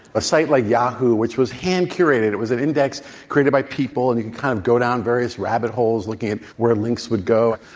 a site like yahoo which was hand-curated. it was an index created by people, and you kind of go down various rabbit holes looking at where links would go.